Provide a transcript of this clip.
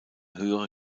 höhere